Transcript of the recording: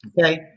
okay